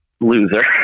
loser